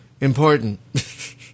important